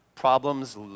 Problems